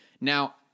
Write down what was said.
Now